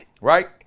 right